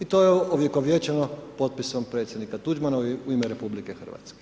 I to je ovjekovječeno potpisom predsjednika Tuđmana u ime RH.